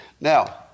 Now